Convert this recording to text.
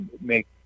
Make